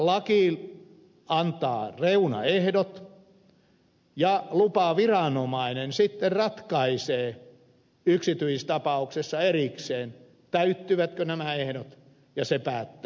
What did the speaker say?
laki antaa reunaehdot ja lupaviranomainen sitten ratkaisee yksityistapauksessa erikseen täyttyvätkö nämä ehdot ja se päättää luvasta